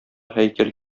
һәйкәл